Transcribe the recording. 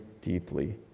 deeply